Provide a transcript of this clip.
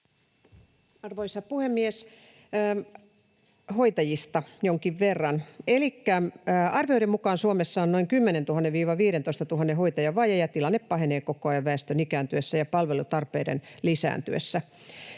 Arvoisa puhemies! Hoitajista jonkin verran. Arvioiden mukaan Suomessa on noin 10 000—15 000 hoitajan vaje, ja tilanne pahenee koko ajan väestön ikääntyessä ja palvelutarpeiden lisääntyessä.